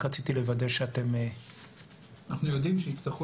אז רק רציתי לוודא שאתם --- אנחנו יודעים שיצטרכו